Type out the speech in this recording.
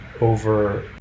over